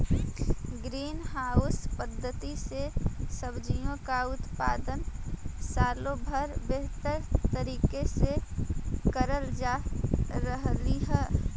green house पद्धति से सब्जियों का उत्पादन सालों भर बेहतर तरीके से करल जा रहलई हे